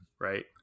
Right